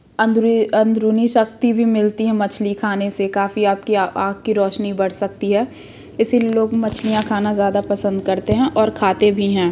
अंदरूनी शक्ति भी मिलती हैं मछली खाने से काफ़ी आँख की आँख की रौशनी बढ़ सकती है इसलिए लोग मछलियाँ खाना ज़्यादा पसंद करते हैं और खाते भी हैं